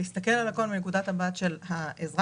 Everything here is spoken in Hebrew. להסתכל על הכל מנקודת המבט של האזרח,